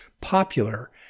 popular